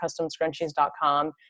customscrunchies.com